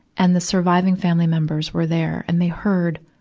and the surviving family members were there, and they heard,